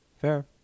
fair